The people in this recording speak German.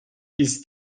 ist